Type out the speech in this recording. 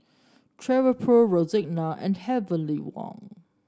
Travelpro Rexona and Heavenly Wang